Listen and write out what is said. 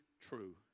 true